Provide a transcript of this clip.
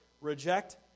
Reject